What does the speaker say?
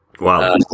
Wow